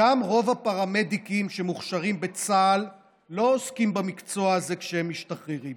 גם רוב הפרמדיקים שמוכשרים בצה"ל לא עוסקים במקצוע הזה כשהם משתחררים.